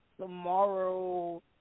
tomorrow